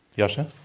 yascha.